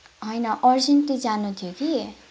होइन अर्जेन्टै जानु थियो कि